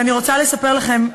ואני רוצה לספר לכם,